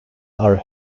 are